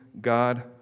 God